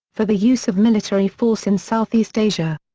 for the use of military force in southeast asia.